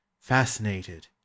fascinated